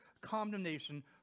condemnation